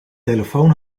telefoon